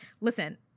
listen